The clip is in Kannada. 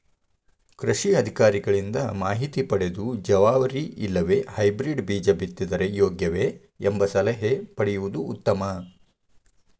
ಕೃಷಿ ಅಧಿಕಾರಿಗಳಿಂದ ಮಾಹಿತಿ ಪದೆದು ಜವಾರಿ ಇಲ್ಲವೆ ಹೈಬ್ರೇಡ್ ಬೇಜ ಬಿತ್ತಿದರೆ ಯೋಗ್ಯವೆ? ಎಂಬ ಸಲಹೆ ಪಡೆಯುವುದು ಉತ್ತಮ